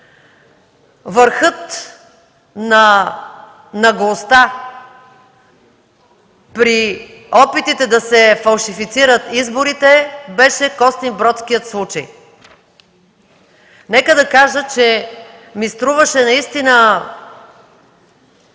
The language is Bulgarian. Върхът на наглостта при опитите да се фалшифицират изборите беше Костинбродският случай. Нека да кажа, че ми струваше наистина